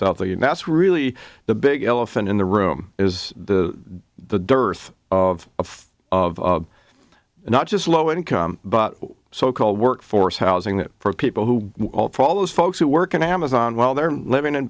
south and that's really the big elephant in the room is the the dearth of of not just low income but so called workforce housing that for people who are all those folks who work in amazon while they're living in